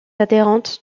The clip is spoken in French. adhérente